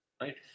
right